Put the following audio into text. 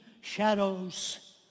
shadows